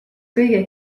kõige